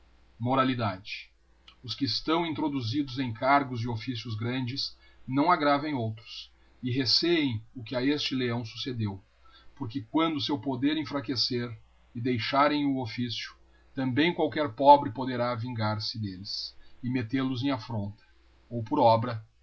os que estão introduzidos em cargos e oflicios grandes não aggravem outros erecêemo que a este leão succedeo porque quando seu poder enfraquecer e deixarem o officio também qualquer pobre poderá vingar-se deites e mettelos em aítronta ou por obra